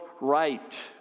right